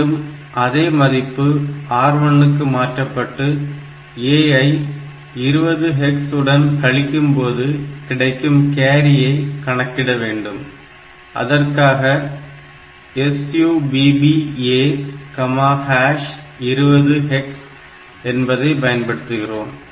மீண்டும் அதே மதிப்பு R1 க்கு மாற்றப்பட்டு A ஐ 20 hex உடன் கழிக்கும்போது கிடைக்கும் கேரியை கணக்கிட வேண்டும் அதற்காக SUBB A20 hex என்பதை பயன்படுத்துகிறோம்